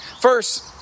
First